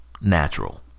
natural